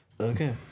Okay